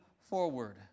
forward